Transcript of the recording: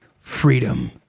freedom